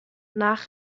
nach